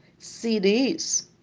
CDs